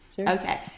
Okay